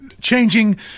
changing